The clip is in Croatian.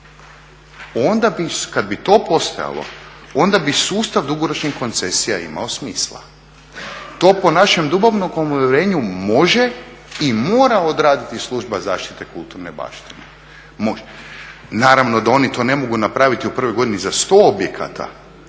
Onda bi, kad bi to postojalo onda bi sustav dugoročnih koncesija imao smisla. To po našem dubokom uvjerenju može i mora odraditi Služba zaštite kulturne baštine. Naravno da oni to ne mogu napraviti u prvoj godini za sto objekata,